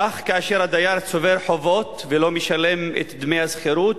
כאשר הדייר צובר חובות ולא משלם את דמי השכירות,